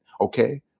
okay